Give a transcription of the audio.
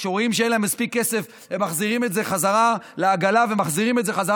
הם אומרים שאין להם מספיק כסף ומחזירים חזרה לעגלה ולמדף?